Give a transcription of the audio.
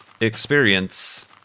experience